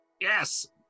Yes